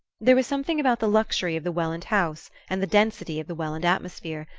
there was something about the luxury of the welland house and the density of the welland atmosphere,